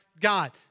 God